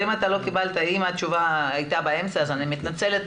אם התשובה הייתה באמצע אז אני מתנצלת,